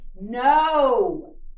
no